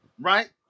right